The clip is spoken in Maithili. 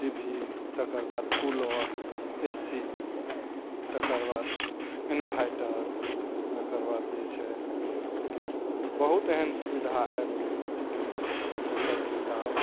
टी भी तकर बाद कूलर ए सी तकर बाद इन्भरटर तकर बाद जे छै बहुत एहन सुविधा आबि गेल यऽ जे कि जकर की लाभ